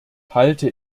halte